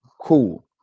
Cool